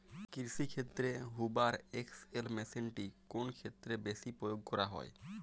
কৃষিক্ষেত্রে Hoover XL মেশিনটি কোন ক্ষেত্রে বেশি প্রয়োগ করা হয়?